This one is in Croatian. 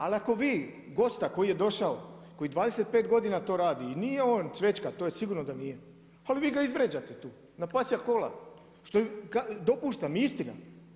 Ali ako vi gosta koji je došao, koji 25 godina to radi i nije on zvečka, to je sigurno da nije, ali vi ga izvrijeđate tu na pasja kola što dopuštam i istina.